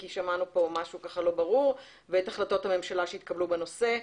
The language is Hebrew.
כי שמענו כאן משהו לא ברור ואת החלטות הממשלה שהתקבלו בנושא.